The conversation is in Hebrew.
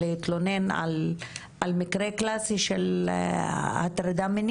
ברגע שהוא השתמש בעניין של הגוף ותיאור הגוף,